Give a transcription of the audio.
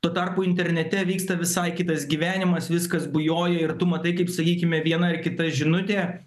tuo tarpu internete vyksta visai kitas gyvenimas viskas bujoja ir tu matai kaip sakykime viena ar kita žinutė